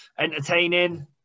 entertaining